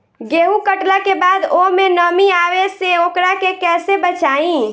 गेंहू कटला के बाद ओमे नमी आवे से ओकरा के कैसे बचाई?